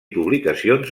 publicacions